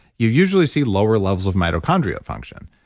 you usually see lower levels of mitochondria function.